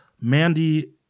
mandy